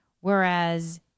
Whereas